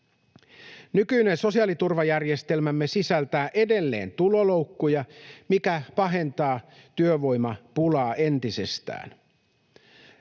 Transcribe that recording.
Nykyinen sosiaaliturvajärjestelmämme sisältää edelleen tuloloukkuja, mikä pahentaa työvoimapulaa entisestään.